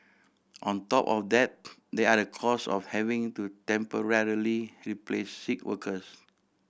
on top of that there are the cost of having to temporarily replace sick workers